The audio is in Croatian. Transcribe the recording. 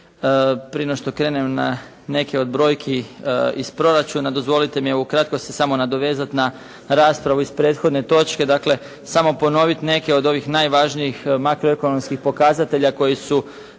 Prije nego što krenem na neke od brojki iz proračuna dozvolite mi ukratko se samo nadovezati na raspravu iz prethodne točke, dakle, samo ponoviti neke od ovih najvažnijih makroekonomskih pokazatelja koji su